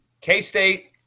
K-State